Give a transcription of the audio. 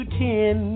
ten